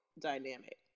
dynamic